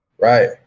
Right